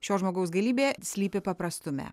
šio žmogaus galybė slypi paprastume